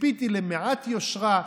ציפיתי למעט יושרה,